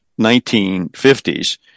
1950s